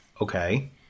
okay